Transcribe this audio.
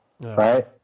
Right